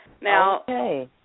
Now